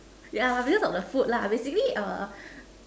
yeah because of the food lah basically